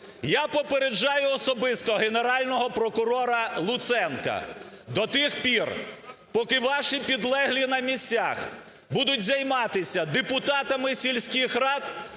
Я попереджаю особисто Генерального прокурора Луценка. До тих пір, поки ваші підлеглі на місцях будуть займатися депутатами сільських рад,